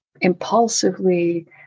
impulsively